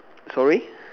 sorry